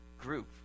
group